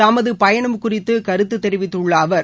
தமது பயணம் குறித்து கருத்து தெரிவித்துள்ள அவர்